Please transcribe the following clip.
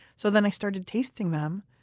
so then i started tasting them,